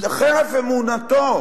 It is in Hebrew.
חרף אמונתו